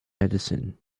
medicine